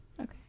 Okay